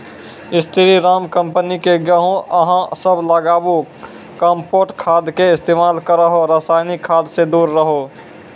स्री Ram company के गेहूँ अहाँ सब लगाबु कम्पोस्ट खाद के इस्तेमाल करहो रासायनिक खाद से दूर रहूँ?